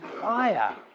fire